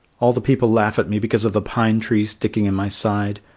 all the people laugh at me because of the pine tree sticking in my side.